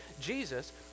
Jesus